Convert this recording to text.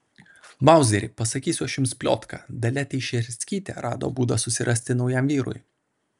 mauzeri pasakysiu aš jums pliotką dalia teišerskytė rado būdą susirasti naujam vyrui